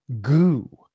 goo